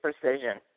precision